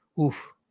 oof